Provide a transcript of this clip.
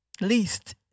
least